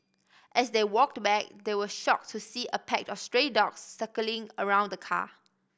as they walked back they were shocked to see a pack of stray dogs circling around the car